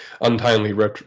untimely